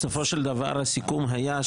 בסופו של דבר הסיכום היה,